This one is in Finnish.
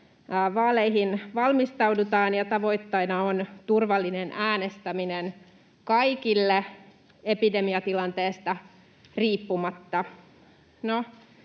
vaaleihin valmistaudutaan ja tavoitteena on turvallinen äänestäminen kaikille epidemiatilanteesta riippumatta.